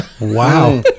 Wow